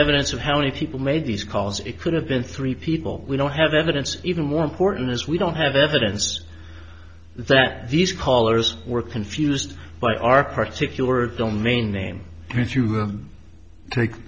evidence of how many people made these calls it could have been three people we don't have evidence even more important is we don't have evidence that these callers were confused by our particular domain name if you take